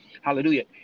Hallelujah